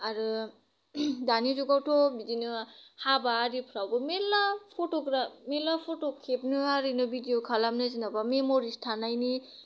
आरो दानि जुगावथ' बिदिनो हाबा आरिफ्रावबो मेल्ला फट'ग्राफ मेल्ला फट' खेबनि आरिनो भिडिअ खेबनि जेनेबा मेम'रिज थानायनि